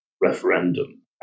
referendum